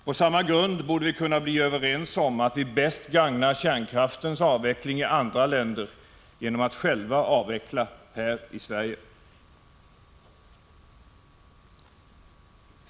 På samma grund borde vi kunna bli överens om att vi bäst gagnar kärnkraftens avveckling i andra länder genom att själva avveckla här i Sverige.